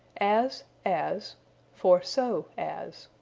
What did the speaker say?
as as for so as.